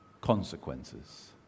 consequences